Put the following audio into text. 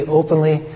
openly